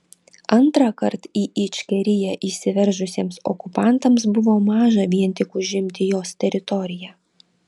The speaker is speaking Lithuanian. antrąkart į ičkeriją įsiveržusiems okupantams buvo maža vien tik užimti jos teritoriją